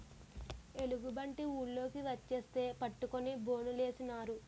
ఎలుగుబంటి ఊర్లోకి వచ్చేస్తే పట్టుకొని బోనులేసినారు